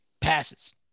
passes